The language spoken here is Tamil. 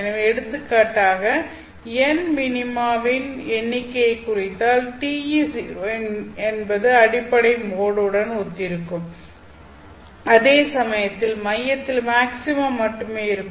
எனவே எடுத்துக்காட்டாக n மினிமாவின் எண்ணிக்கையைக் குறித்தால் TE0 என்பது அடிப்படை மோட் உடன் ஒத்திருக்கும் அதே சமயத்தில் மையத்தில் மேக்ஸிமா மட்டுமே இருக்கும்